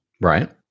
Right